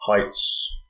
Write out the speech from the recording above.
heights